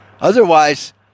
Otherwise